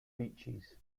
beeches